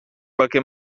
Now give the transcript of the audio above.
qualche